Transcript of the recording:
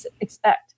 expect